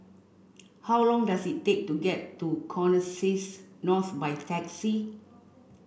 how long does it take to get to Connexis North by taxi